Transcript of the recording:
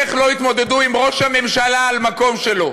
איך לא יתמודדו עם ראש הממשלה על המקום שלו.